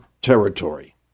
territory